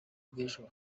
bw’ejo